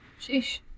sheesh